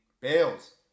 Bales